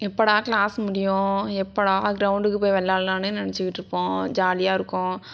எப்போடா க்ளாஸ் முடியும் எப்போடா க்ரவுண்ட்டுக்கு போய் விள்ளாட்லான்னே நினச்சிக்கிட்ருப்போம் ஜாலியாக இருக்கும்